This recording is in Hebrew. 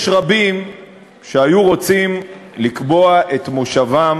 יש רבים שהיו רוצים לקבוע את מושבם